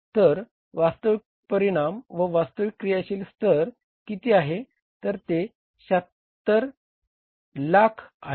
तर वास्तविक परिणाम व वास्तविक क्रियाशील स्तर किती आहे तर ते 7600000 आहे